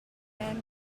man